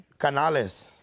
Canales